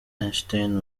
einstein